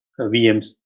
VMs